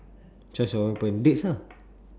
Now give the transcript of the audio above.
choice of weapon dates ah